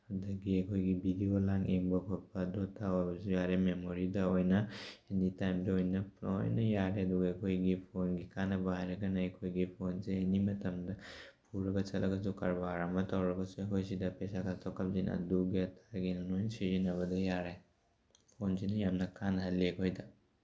ꯑꯗꯨꯗꯒꯤ ꯑꯩꯈꯣꯏꯒꯤ ꯚꯤꯗꯤꯌꯣ ꯂꯥꯡ ꯌꯦꯡꯕ ꯈꯣꯠꯄ ꯑꯗꯨ ꯑꯗꯥ ꯑꯣꯏꯕꯁꯨ ꯌꯥꯔꯦ ꯃꯦꯃꯣꯔꯤꯗ ꯑꯣꯏꯅ ꯑꯦꯅꯤ ꯇꯥꯏꯝꯗ ꯑꯣꯏꯅ ꯂꯣꯏꯅ ꯌꯥꯔꯦ ꯑꯗꯨꯒ ꯑꯩꯈꯣꯏꯒꯤ ꯐꯣꯟꯒꯤ ꯀꯥꯅꯕ ꯍꯥꯏꯔꯒꯅ ꯑꯩꯈꯣꯏꯒꯤ ꯐꯣꯟꯁꯦ ꯑꯦꯅꯤ ꯃꯇꯝꯗ ꯄꯨꯔꯒ ꯆꯠꯂꯁꯨ ꯀꯔꯕꯥꯔ ꯑꯃ ꯇꯧꯔꯒꯁꯨ ꯑꯩꯈꯣꯏ ꯁꯤꯗ ꯄꯩꯁꯥ ꯀꯥꯞꯊꯣꯛ ꯀꯥꯞꯁꯤꯟ ꯑꯗꯨꯒꯤ ꯑꯗꯥꯒꯤ ꯍꯥꯏꯅ ꯂꯣꯏꯅ ꯁꯤꯖꯤꯟꯅꯕꯗ ꯌꯥꯔꯦ ꯐꯣꯟꯁꯤꯅ ꯌꯥꯝ ꯀꯥꯅꯍꯜꯂꯤ ꯑꯩꯈꯣꯏꯗ